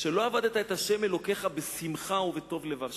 אשר לא עבדת את ה' אלוקיך בשמחה ובטוב לבב.